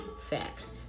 Facts